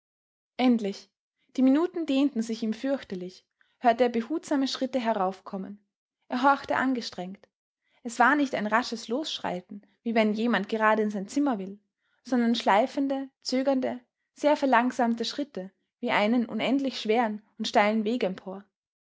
endlich die minuten dehnten sich ihm fürchterlich hörte er behutsame schritte heraufkommen er horchte angestrengt es war nicht ein rasches losschreiten wie wenn jemand gerade in sein zimmer will sondern schleifende zögernde sehr verlangsamte schritte wie einen unendlich schweren und steilen weg empor